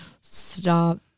stop